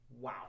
wow